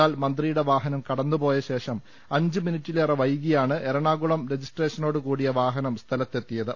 എന്നാൽ മന്ത്രിയുടെ വാഹനം കടന്നുപോയശേഷം അഞ്ച് മിനിറ്റിലേറെ വൈകിയാണ് എറണാകുളം രജിസ്ട്രേഷനോട്കൂടിയ വാഹനം സ്ഥലത്തെത്തിയത്